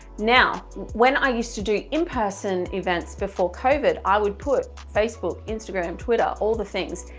now when i used to do in-person events before covid, i would put facebook, instagram twitter, all the things,